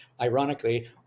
ironically